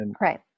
Right